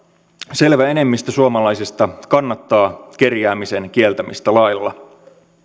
selvä enemmistö suomalaisista kannattaa kerjäämisen kieltämistä lailla